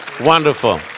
Wonderful